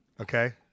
okay